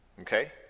Okay